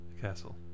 Castle